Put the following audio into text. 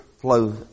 flow